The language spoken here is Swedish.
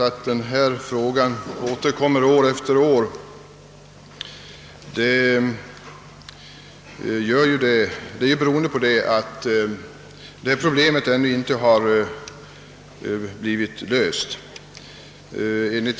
Att denna fråga återkommer år efter år beror på att problemet ännu inte har blivit löst.